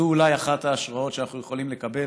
זאת אולי אחת ההשראות שאנחנו יכולים לקבל.